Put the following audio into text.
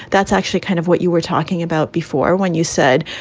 that's actually kind of what you were talking about before when you said,